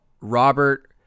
Robert